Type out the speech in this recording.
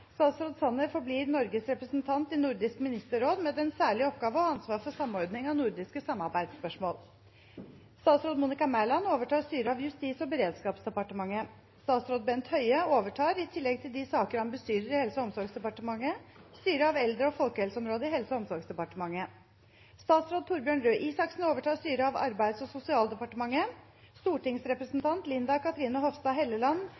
Statsråd Sanner forblir Norges representant i Nordisk ministerråd med den særlige oppgave å ha ansvar for samordning av nordiske samarbeidsspørsmål. Statsråd Monica Mæland overtar styret av Justis- og beredskapsdepartementet. Statsråd Bent Høie overtar, i tillegg til de saker han bestyrer i Helse- og omsorgsdepartementet, styret av eldre- og folkehelseområdet i Helse- og omsorgsdepartementet. Statsråd Torbjørn Røe Isaksen overtar styret av Arbeids- og sosialdepartementet. Stortingsrepresentant Linda Cathrine Hofstad Helleland